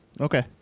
Okay